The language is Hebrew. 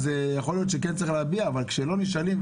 יכול להיות שכן צריך להביע אבל כשלא נשאלים,